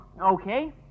Okay